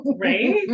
right